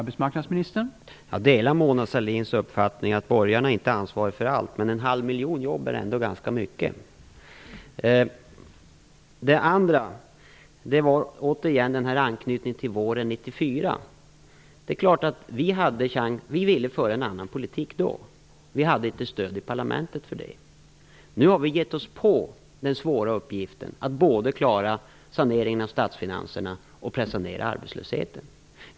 Herr talman! Jag delar Mona Sahlins uppfattning att borgarna inte är ansvariga för allt, men en halv miljon jobb är ändå ganska mycket. Sedan hade vi återigen den här anknytningen till våren 1994. Vi ville föra en annan politik då, men vi hade inte stöd i parlamentet för det. Nu har vi gett oss på den svåra uppgiften att klara av både att sanera statsfinanserna och att pressa ned arbetslösheten.